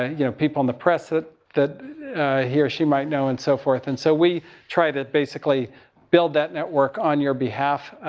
you know people in the press that, that he or she might know and so forth. and so we try to basically build that network on your behalf,